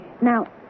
Now